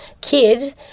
kid